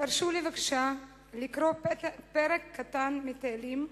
תרשו לי בבקשה לקרוא פרק קטן מתהילים,